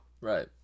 Right